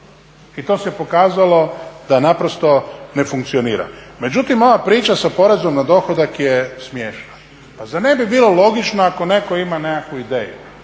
I to se pokazalo da naprosto ne funkcionira. Međutim, ova priča sa porezom na dohodak je smiješna. Pa zar ne bi bilo logično ako neko ima nekakvu ideju